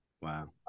Wow